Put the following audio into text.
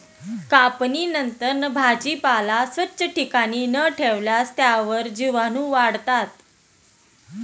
कापणीनंतर भाजीपाला स्वच्छ ठिकाणी न ठेवल्यास त्यावर जीवाणूवाढतात